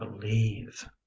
believe